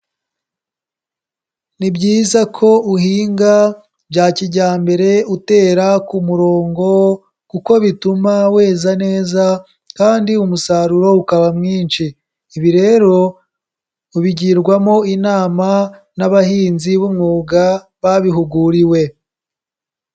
Ni byiza ko uhinga bya kijyambere utera ku murongo kuko bituma weza neza kandi umusaruro ukaba mwinshi. Ibi rero ubigirwamo inama n'abahinzi b'umwuga babihuguriwe.